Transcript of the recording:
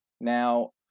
Now